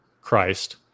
Christ